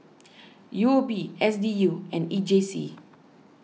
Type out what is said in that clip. U O B S D U and E J C